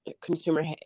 consumer